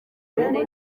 mbere